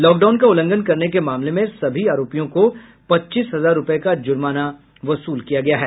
lockdown का उल्लंघन करने के मामले में सभी आरोपियों को पच्चीस हजार रूपये का जुर्माना वसूल किया गया है